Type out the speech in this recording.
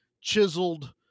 chiseled